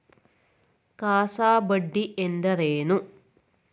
CASA ಬಡ್ಡಿ ಎಂದರೇನು?